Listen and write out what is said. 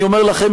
אני אומר לכם,